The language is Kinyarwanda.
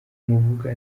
muvuga